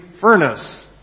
furnace